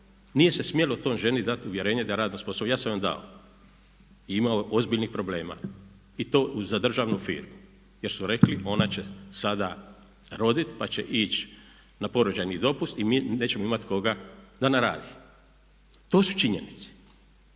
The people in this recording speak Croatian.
Nije se smjelo toj ženi dati uvjerenje da je radno sposobna. Ja sam dao i imao ozbiljnih problema. I to za državnu firmu. Jer su rekli ona će sada roditi pa će ići na porođajni dopust i mi nećemo imati koga da nam radi. To su činjenice.